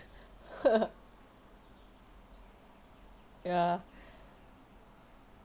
ya